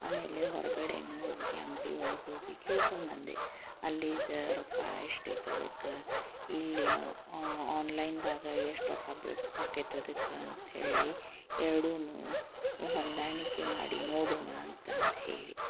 ಆಮೇಲೆ ಹೊರಗಡೆಯೂ ಹೋಗಿ ಅಂಗಡಿ ಒಳಗೆ ಹೋಗಿ ಕೇಳ್ಕೊಂಡು ಬಂದೆ ಅಲ್ಲಿದ ರೊಕ್ಕ ಎಷ್ಟು ಐತದಕ್ಕೆ ಇಲ್ಲಿ ಆನ್ಲೈನ್ದಾಗ ಎಷ್ಟು ರೊಕ್ಕ ಬೀಳ್ ಆಕೈತ ಅದಕ್ಕ ಅಂತ್ಹೇಳಿ ಎರಡೂ ಹೊಂದಾಣಿಕೆ ಮಾಡಿ ನೋಡೋಣ ಅಂತಂತ್ಹೇಳಿ